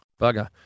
Bugger